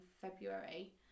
February